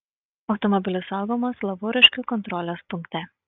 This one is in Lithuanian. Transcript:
automobilis saugomas lavoriškių kontrolės punkte